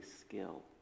skill